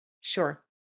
Sure